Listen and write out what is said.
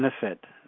benefit